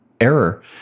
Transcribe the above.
error